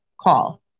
call